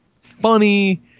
Funny